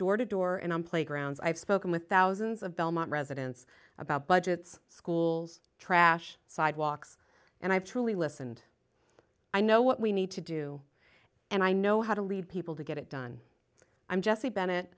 door to door and on playgrounds i've spoken with thousands of belmont residents about budgets schools trash sidewalks and i've truly listened i know what we need to do and i know how to lead people to get it done i'm jesse